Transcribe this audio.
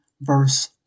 verse